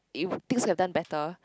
if things are done better